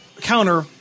counter